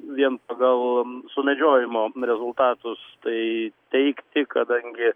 vien pagal sumedžiojimo rezultatus tai teigti kadangi